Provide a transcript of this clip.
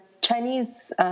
Chinese